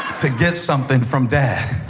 to get something from dad,